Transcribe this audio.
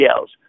else